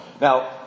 Now